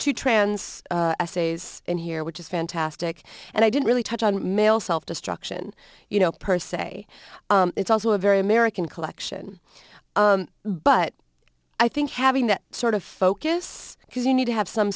trans essays in here which is fantastic and i didn't really touch on male self destruction you know per se it's also a very american collection but i think having that sort of focus because you need to have some